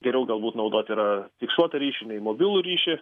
geriau galbūt naudot yra fiksuotą ryšį nei mobilų ryšį